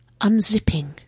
unzipping